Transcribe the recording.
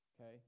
okay